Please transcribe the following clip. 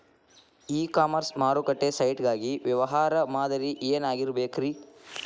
E commerce ಮಾರುಕಟ್ಟೆ site ಗಾಗಿ ವ್ಯವಹಾರ ಮಾದರಿ ಏನಾಗಿರಬೇಕ್ರಿ?